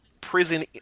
prison